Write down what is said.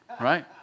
right